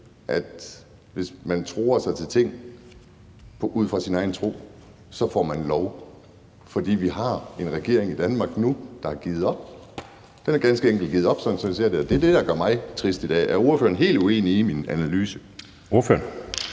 at hvis man truer sig til ting ud fra sin egen tro, så får man lov. For vi har en regering i Danmark nu, der har givet op. Den har ganske enkelt givet op, sådan som jeg ser det, og det er det, der gør mig trist i dag. Er ordføreren helt uenig i min analyse?